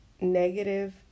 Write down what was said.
negative